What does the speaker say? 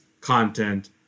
content